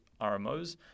RMOs